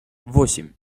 восемь